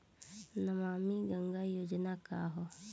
नमामि गंगा योजना का ह?